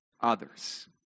others